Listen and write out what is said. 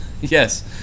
Yes